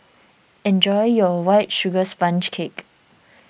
enjoy your White Sugar Sponge Cake